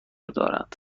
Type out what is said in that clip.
دارند